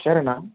சரி அண்ணா